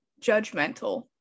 judgmental